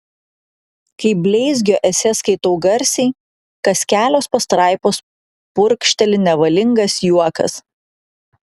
kai bleizgio esė skaitau garsiai kas kelios pastraipos purkšteli nevalingas juokas